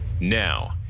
Now